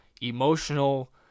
emotional